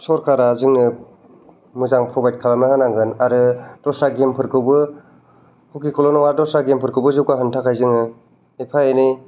सरकारा जोंनो मोजां प्रबाइद खालामना होनांगोन आरो दस्रा गेमफोरखौबो हकिखौल' नङा दस्रा गेमखौबो जौगा होनो थाखाय जोङो एफा एनै